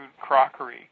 crockery